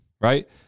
right